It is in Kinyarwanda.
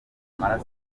amaraso